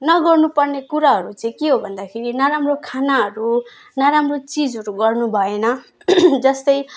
नगर्नुपर्ने कुराहरू चाहिँ के हो भन्दाखेरि नराम्रो खानाहरू नराम्रो चिजहरू गर्नु भएन जस्तै